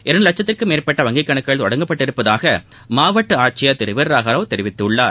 இரண்டுலட்சத்திற்கும் மேற்பட்ட வங்கிக் கணக்குகுள் தொடங்கப்பட்டுள்ளதாகமாவட்டஆட்சியர் திருவீரராகவராவ் தெரிவித்துள்ளார்